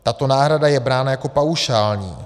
Tato náhrada je brána jako paušální.